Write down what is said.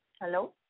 Hello